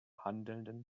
handelnden